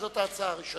וזאת ההצעה הראשונה.